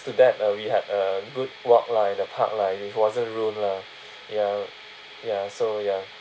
to that uh we had a good walk lah in the park lah it wasn't ruined lah ya ya so ya